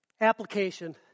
Application